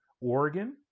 Oregon